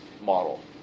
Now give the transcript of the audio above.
model